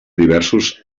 diversos